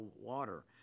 water